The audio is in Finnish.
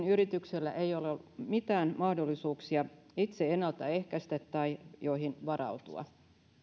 yrityksillä ei ole ollut mitään mahdollisuuksia itse ennaltaehkäistä tai joihin varautua